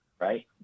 Right